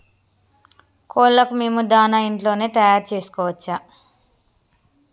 కోళ్లకు మేము దాణా ఇంట్లోనే తయారు చేసుకోవచ్చా?